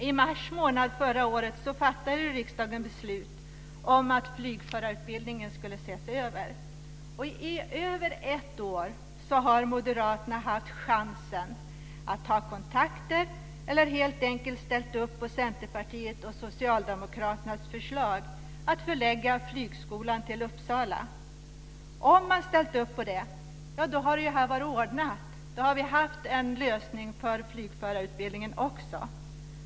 I mars månad förra året fattade riksdagen beslut om att flygförarutbildningen skulle ses över. I över ett år har Moderaterna haft chansen att ta kontakter eller helt enkelt ställa upp på Centerpartiets och Socialdemokraternas förslag att förlägga Flygskolan till Uppsala. Om man hade ställt upp på det hade det varit ordnat. Då hade vi haft en lösning för flygförarutbildningen också.